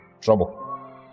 trouble